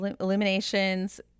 Illuminations